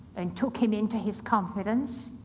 and took him into his confidence.